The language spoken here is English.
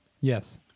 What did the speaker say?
Yes